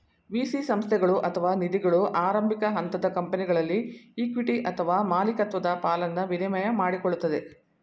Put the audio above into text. VC ಸಂಸ್ಥೆಗಳು ಅಥವಾ ನಿಧಿಗಳು ಆರಂಭಿಕ ಹಂತದ ಕಂಪನಿಗಳಲ್ಲಿ ಇಕ್ವಿಟಿ ಅಥವಾ ಮಾಲಿಕತ್ವದ ಪಾಲನ್ನ ವಿನಿಮಯ ಮಾಡಿಕೊಳ್ಳುತ್ತದೆ